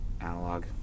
analog